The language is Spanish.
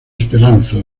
esperanza